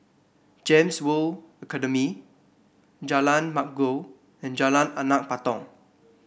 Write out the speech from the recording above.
Gems World Academy Jalan Bangau and Jalan Anak Patong